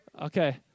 Okay